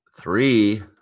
Three